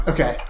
Okay